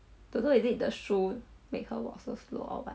don't know is it the shoe make walk so slow or what